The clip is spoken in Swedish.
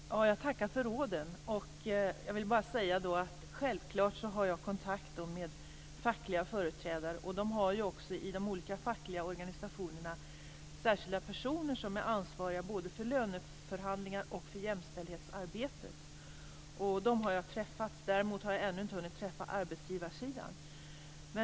Fru talman! Jag tackar för råden. Jag vill bara säga att jag självklart har kontakt med fackliga företrädare. I de olika fackliga organisationerna har man särskilda personer som är ansvariga både för löneförhandlingar och för jämställdhetsarbetet. Dem har jag träffat. Jag har ännu inte hunnit träffa arbetsgivarsidan.